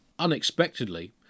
Unexpectedly